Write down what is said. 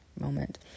moment